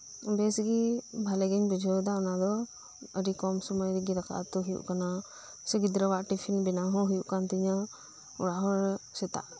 ᱵᱮᱥᱜᱤ ᱵᱷᱟᱞᱤᱜᱤᱧ ᱵᱩᱡᱷᱟᱹᱣᱮᱫᱟ ᱚᱱᱟᱫᱚ ᱟᱹᱰᱤ ᱠᱚᱢ ᱥᱩᱢᱟᱹᱭ ᱨᱮᱜᱤ ᱫᱟᱠᱟ ᱩᱛᱩ ᱦᱩᱭᱩᱜ ᱠᱟᱱᱟ ᱥᱮ ᱜᱤᱫᱽᱨᱟᱹᱣᱟᱜ ᱴᱤᱯᱷᱤᱱ ᱵᱮᱱᱟᱣ ᱦᱚᱸ ᱦᱩᱭᱩᱜ ᱠᱟᱱ ᱛᱤᱧᱟᱹ ᱚᱲᱟᱜ ᱦᱚᱲ ᱥᱮᱛᱟᱜ